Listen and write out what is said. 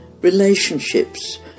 relationships